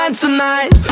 tonight